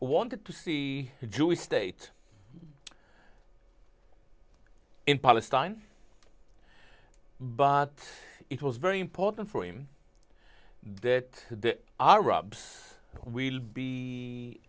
wanted to see the jewish state in palestine but it was very important for him that the arabs will be